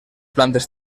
plantes